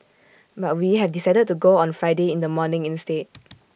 but we have decided to go on Friday in the morning instead